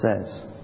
says